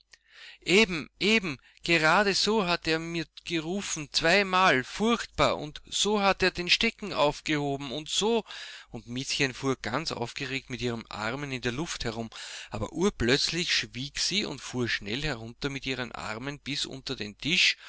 eben eben geradeso hat er mir gerufen zweimal furchtbar und so hat er den stecken aufgehoben und so und miezchen fuhr ganz aufgeregt mit ihren armen in der luft herum aber urplötzlich schwieg sie und fuhr schnell herunter mit ihren armen bis unter den tisch